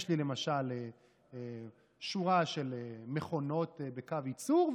יש לי למשל שורה של מכונות בקו ייצור,